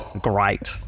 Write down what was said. Great